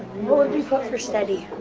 what what do we put for steady?